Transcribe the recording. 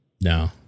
No